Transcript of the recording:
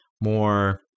more